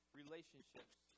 relationships